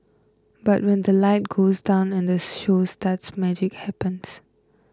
but when the light goes down and this show starts magic happens